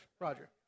Roger